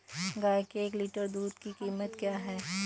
गाय के एक लीटर दूध की कीमत क्या है?